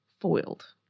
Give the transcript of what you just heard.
foiled